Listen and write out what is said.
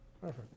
Perfect